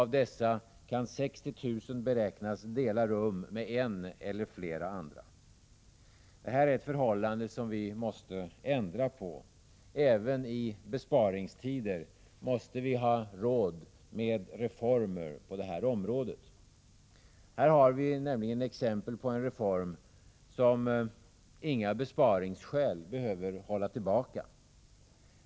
Av dessa kan 60 000 beräknas dela rum med en eller flera andra. Det här är ett förhållande som vi måste ändra på. Även i besparingstider måste vi ha råd med reformer på detta område. Här har vi exempel på en reform som inte behöver hållas tillbaka av besparingsskäl.